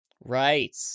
Right